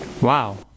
Wow